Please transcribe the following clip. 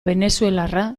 venezuelarra